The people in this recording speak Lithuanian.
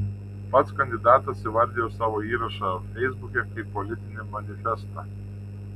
pats kandidatas įvardijo savo įrašą feisbuke kaip politinį manifestą